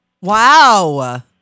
Wow